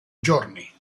giorni